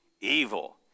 Evil